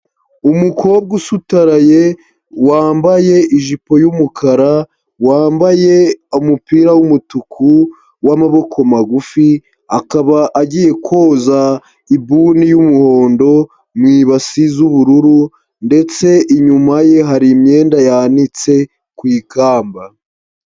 Umukobwa usutaraye, wambaye ijipo y'umukara, wambaye umupira w'umutuku w'amaboko magufi, akaba agiye koza ibuni y'umuhondo mu ibasi z'ubururu ndetse inyuma ye hari imyenda yanitse ku ikamba.